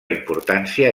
importància